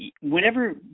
whenever